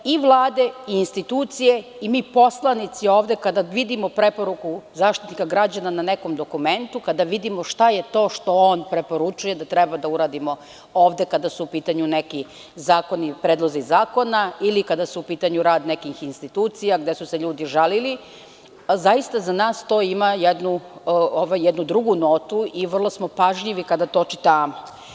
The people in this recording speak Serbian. I vlade i institucije i mi poslanici ovde kada vidimo preporuku Zaštitnika građana na nekom dokumentu, kada vidimo šta je to što on preporučuje, što treba da uradimo ovde kada su u pitanju neki zakoni, predlozi zakona ili kada je u pitanju rad nekih institucija, gde su se ljudi žalili, za nas to ima jednu drugu notu i vrlo smo pažljivi kada to čitamo.